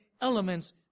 elements